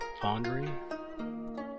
pondering